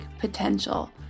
potential